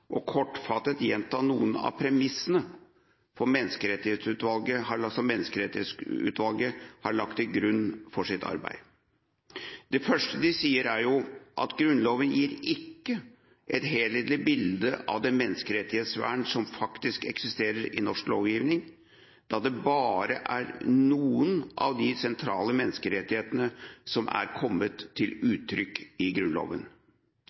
plass kortfattet å gjenta noen av premissene som Menneskerettighetsutvalget har lagt til grunn for sitt arbeid. For det første: Grunnloven gir ikke et helhetlig bilde av det menneskerettighetsvern som faktisk eksisterer i norsk lovgivning, da det bare er noen av de sentrale menneskerettighetene som er kommet til uttrykk i Grunnloven.